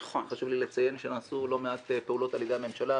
חשוב לי לציין שנעשו לא מעט פעולות על ידי הממשלה,